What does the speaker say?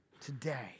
Today